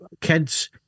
kids